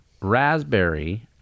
Raspberry